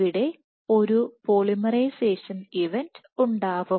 ഇവിടെ ഒരു polymerisation event ഉണ്ടാവും